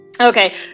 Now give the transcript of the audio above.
okay